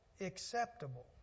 acceptable